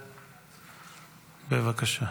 בבקשה.